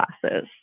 classes